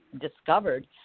discovered